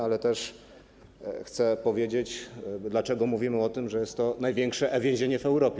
Ale też chcę powiedzieć, dlaczego mówimy o tym, że jest to największe więzienie w Europie.